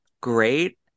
Great